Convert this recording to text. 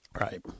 Right